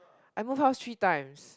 I move house three times